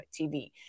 tv